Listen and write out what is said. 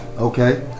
Okay